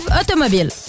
automobile